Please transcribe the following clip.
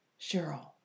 Cheryl